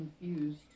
confused